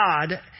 God